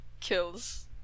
Kills